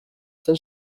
zen